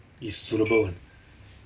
is suitable